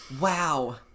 Wow